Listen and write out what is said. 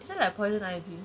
so like poison ivy